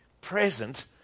present